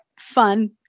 fun